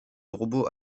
robot